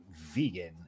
vegan